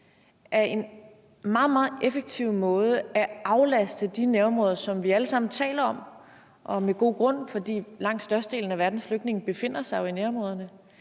meget, meget effektiv måde at aflaste de områder på, som vi alle sammen taler om – og med god grund, for langt størstedelen af verdens flygtninge befinder sig jo i de her